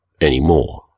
Anymore